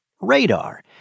radar